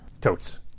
Totes